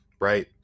Right